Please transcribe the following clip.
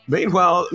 Meanwhile